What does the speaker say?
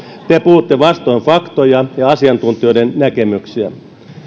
te puhutte vastoin faktoja ja asiantuntijoiden näkemyksiä